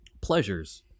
Pleasures